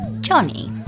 Johnny